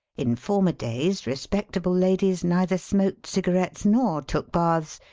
in former days respectable ladies neither smoked cigarettes nor took baths.